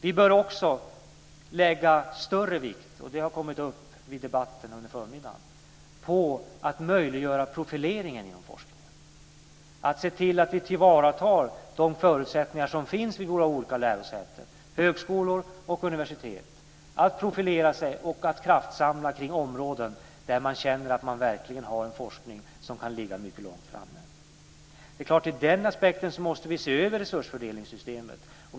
Vi bör också lägga större vikt - och det har tagits upp i debatten under förmiddagen - vid att möjliggöra profileringen inom forskningen, att se till att vi tillvaratar de förutsättningar som finns vid de olika lärosätena, högskolor och universitet, att profilera sig och att kraftsamla kring områden där man känner att man verkligen har en forskning som ligger mycket långt framme. Det är klart att ur denna aspekt måste vi se över resurssystemet.